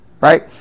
Right